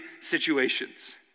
situations